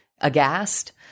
aghast